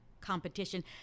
competition